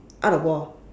out of war